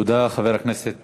תודה, חבר הכנסת